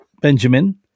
Benjamin